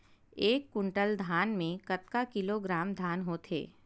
एक कुंटल धान में कतका किलोग्राम धान होथे?